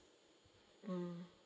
um